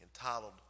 entitled